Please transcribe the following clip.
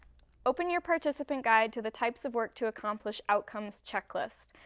open your participant guide to the types of work to accomplish outcomes checklist.